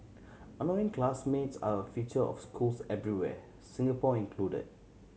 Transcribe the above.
annoying classmates are a feature of schools everywhere Singapore included